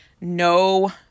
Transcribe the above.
No